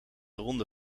ronde